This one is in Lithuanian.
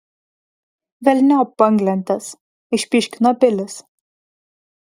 velniop banglentes išpyškino bilis